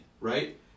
right